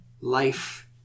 Life